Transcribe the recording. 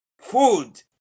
food